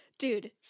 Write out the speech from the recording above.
Dude